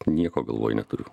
nieko galvoj neturiu